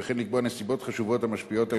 וכן לקבוע נסיבות חשובות המשפיעות על